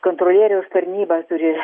kontrolieriaus tarnyba turi